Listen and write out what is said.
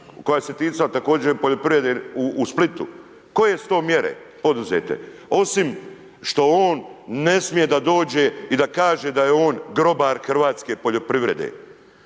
koja se ticala također poljoprivrede u Splitu. Koje su to mjere poduzete? Osim što on ne smije da dođe i da kaže da je on grobar hrvatske poljoprivrede.